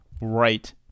right